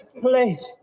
please